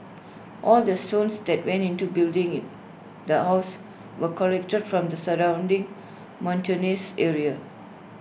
all the stones that went into building the house were collected from the surrounding mountainous area